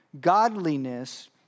Godliness